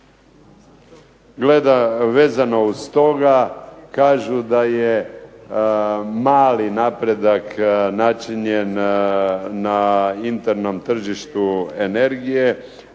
Vezano uz to kažu da je mali napredak načinjen na internom tržištu energije,